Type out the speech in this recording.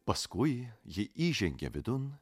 paskui ji įžengė vidun